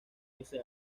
ese